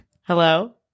Hello